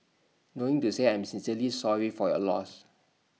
knowing to say I am sincerely sorry for your loss